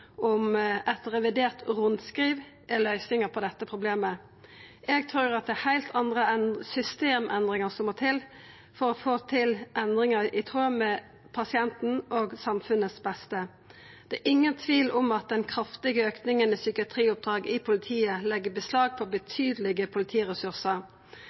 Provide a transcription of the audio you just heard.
om eit revidert rundskriv er løysinga på dette problemet. Eg trur at det er heilt andre systemendringar som må til for å få til endringar i tråd med pasientens og samfunnets beste. Det er ingen tvil om at den kraftige auken i psykiatrioppdrag i politiet legg beslag på